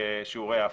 של שיעורי ההפחתה.